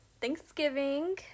Thanksgiving